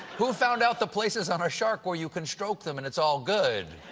who found out the places on a shark where you can stroke them and it's all good?